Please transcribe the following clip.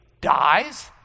dies